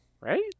Right